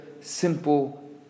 simple